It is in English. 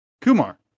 kumar